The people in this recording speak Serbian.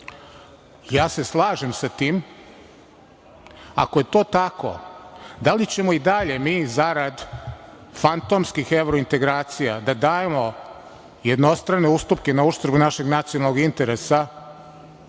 se sa tim. Ako je to tako, da li ćemo i dalje mi zarad fantomskih evrointegracija da dajemo jednostrane ustupke na uštrb našeg nacionalnog interesa